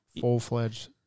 full-fledged